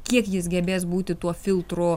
kiek jis gebės būti tuo filtru